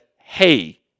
Hey